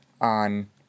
on